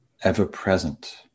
ever-present